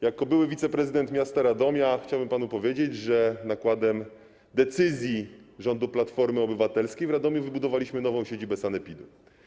Jako były wiceprezydent miasta Radomia chciałem panu powiedzieć, że nakładami wynikającymi z decyzji rządu Platformy Obywatelskiej w Radomiu wybudowaliśmy nową siedzibę sanepidu.